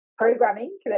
programming